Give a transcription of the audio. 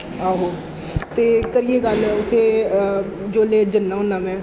आहो ते करियै गल्ल उत्थै जेल्लै जन्ना होन्नां में